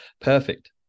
perfect